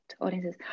audiences